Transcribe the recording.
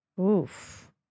Oof